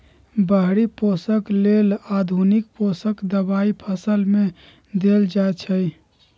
बाहरि पोषक लेल आधुनिक पोषक दबाई फसल में देल जाइछइ